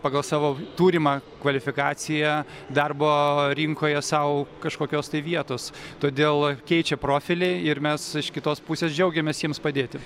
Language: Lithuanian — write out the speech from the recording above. pagal savo turimą kvalifikaciją darbo rinkoje sau kažkokios tai vietos todėl keičia profilį ir mes iš kitos pusės džiaugiamės jiems padėti